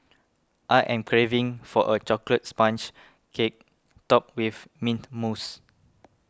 I am craving for a Chocolate Sponge Cake Topped with Mint Mousse